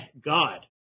god